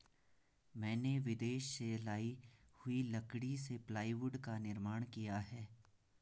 मैंने विदेश से लाई हुई लकड़ी से प्लाईवुड का निर्माण किया है